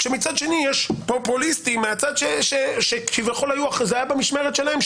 כשמצד שני יש פופוליסטי מהצד שכביכול זה במשמרת שלהם,